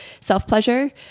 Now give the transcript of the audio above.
self-pleasure